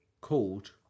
called